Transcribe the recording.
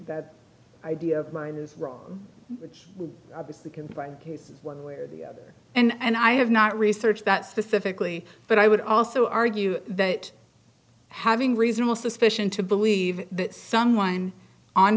that idea of mine is wrong which would obviously confined cases one way or the other and i have not researched that specifically but i would also argue that having reasonable suspicion to believe that someone on